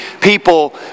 people